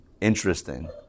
interesting